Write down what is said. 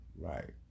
Right